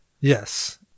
Yes